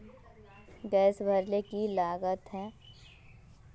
Gas भरले की लागत?